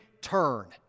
turn